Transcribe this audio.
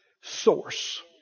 source